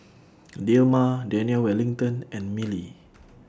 Dilmah Daniel Wellington and Mili